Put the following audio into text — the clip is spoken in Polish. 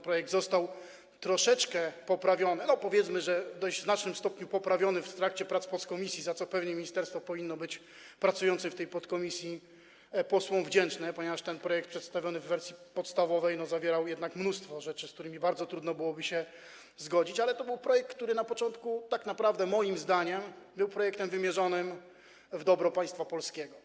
Ten projekt został troszeczkę poprawiony, powiedzmy, że w dość znacznym stopniu poprawiony w trakcie prac podkomisji, za co pewnie ministerstwo powinno być pracującym w tej podkomisji posłom wdzięczne, ponieważ ten projekt przedstawiony w wersji podstawowej zawierał jednak mnóstwo rzeczy, z którymi bardzo trudno byłoby się zgodzić, ale to był projekt, który na początku moim zdaniem był tak naprawdę projektem wymierzonym w dobro państwa polskiego.